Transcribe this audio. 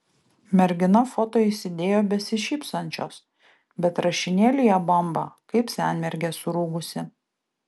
mergina foto įsidėjo besišypsančios bet rašinėlyje bamba kaip senmergė surūgusi